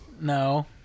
No